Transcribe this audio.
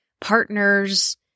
Partners